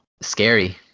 scary